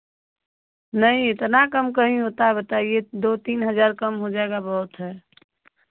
नहीं इतना कम कहीं होता है बताइए दो तीन हज़ार कम हो जाएगा बहुत है